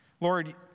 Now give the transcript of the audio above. Lord